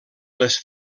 les